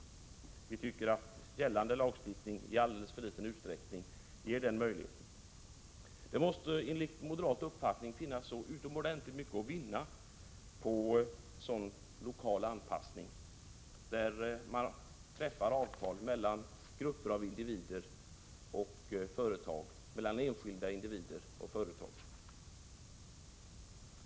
Vi tycker att gällande lagstiftning i alldeles för liten utsträckning ger den möjligheten. Det måste enligt moderat uppfattning finnas mycket att vinna på en sådan lokal anpassning byggd på avtal som träffas mellan grupper av individer och företag och mellan enskilda individer och företag.